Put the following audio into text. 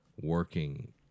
working